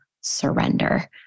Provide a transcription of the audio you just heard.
surrender